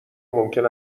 ممکن